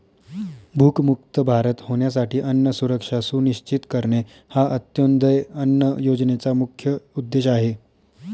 भूकमुक्त भारत होण्यासाठी अन्न सुरक्षा सुनिश्चित करणे हा अंत्योदय अन्न योजनेचा मुख्य उद्देश आहे